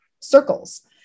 circles